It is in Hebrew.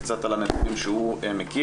קצת על הנתונים שהוא מכיר.